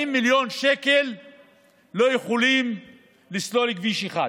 40 מיליון שקל לא יכולים לסלול כביש אחד.